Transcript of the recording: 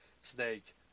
snake